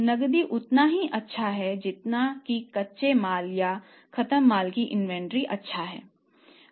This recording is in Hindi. नकदी उतना ही अच्छा है जितना कि कच्चे माल या खत्म माल की इन्वेंट्री अच्छा है